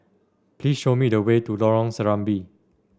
please show me the way to Lorong Serambi